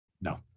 No